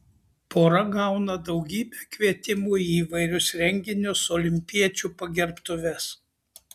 pora gauna daugybę kvietimų į įvairius renginius olimpiečių pagerbtuves